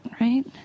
right